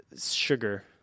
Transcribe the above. sugar